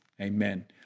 Amen